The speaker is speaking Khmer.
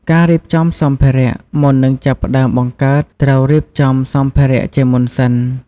ការរៀបចំសម្ភារៈ មុននឹងចាប់ផ្តើមបង្កើត ត្រូវរៀបចំសម្ភារៈជាមុនសិន។